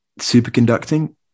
superconducting